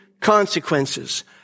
consequences